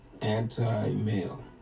anti-male